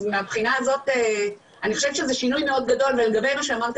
אז מהבחינה הזאת אני חושבת שזה שינוי מאוד גדול ולגבי מה שאמרת